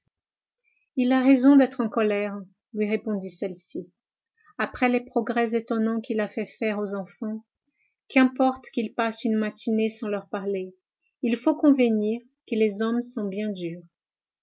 il a raison d'être en colère lui répondit celle-ci après les progrès étonnants qu'il a fait faire aux enfants qu'importe qu'il passe une matinée sans leur parler il faut convenir que les hommes sont bien durs